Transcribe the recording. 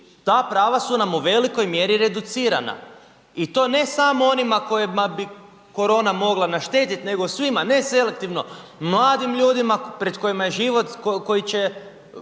ta prava su nam u velikoj mjeri reducirana. I to ne samo onima kojima bi korona mogla našteti nego svima, ne selektivno mladim ljudima pred kojima je život, koji će